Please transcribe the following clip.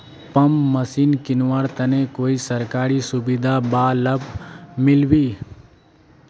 Pump machine किनवार तने कोई सरकारी सुविधा बा लव मिल्बी?